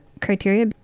criteria